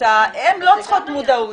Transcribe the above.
הן לא צריכות מודעות.